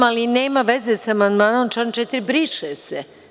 Znam, ali nema veze sa amandmanom član 4. „briše se“